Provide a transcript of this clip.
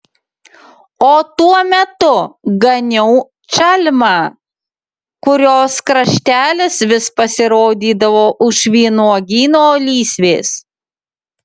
o tuo metu ganiau čalmą kurios kraštelis vis pasirodydavo už vynuogyno lysvės